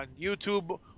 YouTube